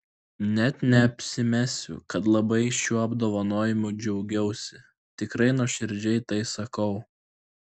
net neapsimesiu kad labai šiuo apdovanojimu džiaugiausi tikrai nuoširdžiai tai sakau